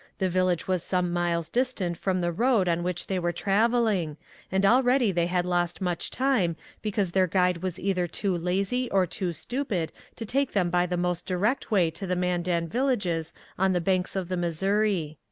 the village was some miles distant from the road on which they were travelling and already they had lost much time because their guide was either too lazy or too stupid to take them by the most direct way to the mandan villages on the banks of the missouri.